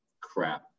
crap